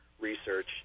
research